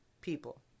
people